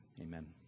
Amen